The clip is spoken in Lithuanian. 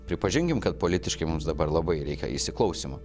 pripažinkim kad politiškai mums dabar labai reikia įsiklausymo